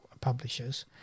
publishers